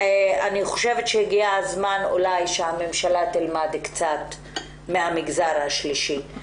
הגיע הזמן אולי שהממשלה תלמד קצת מן המגזר השלישי,